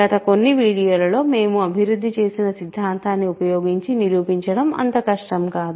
గత కొన్ని వీడియోలలో మేము అభివృద్ధి చేసిన సిద్ధాంతాన్ని ఉపయోగించి నిరూపించడం అంత కష్టం కాదు